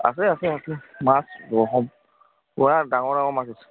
আছে আছে আছে মাছ পূৰা ডাঙৰ ডাঙৰ মাছ আছে